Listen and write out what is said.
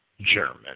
German